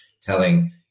telling